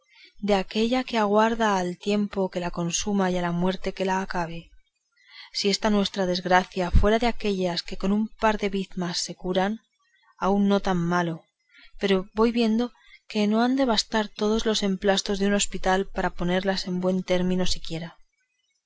de aquella que aguarda al tiempo que la consuma y a la muerte que la acabe si esta nuestra desgracia fuera de aquellas que con un par de bizmas se curan aun no tan malo pero voy viendo que no han de bastar todos los emplastos de un hospital para ponerlas en buen término siquiera